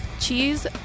cheese